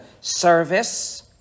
service